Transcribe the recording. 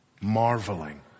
marveling